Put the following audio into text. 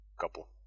couple